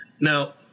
Now